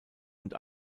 und